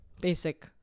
basic